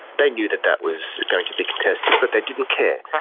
they knew that that was going to be contested but they didn't care,